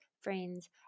friends